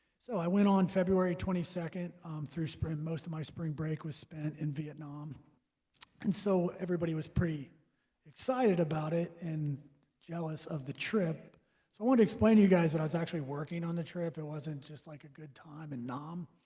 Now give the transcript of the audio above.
so i went on february twenty second through most of my spring break was spent in vietnam and so everybody was pretty excited about it and jealous of the trip. so i want to explain to you guys that i was actually working on the trip it wasn't just like a good time in nam